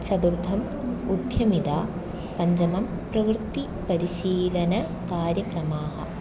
चतुर्थम् उद्यमचा पञ्चमं प्रवृत्तिपरिशीलनकार्यक्रमाः